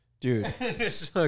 Dude